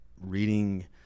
reading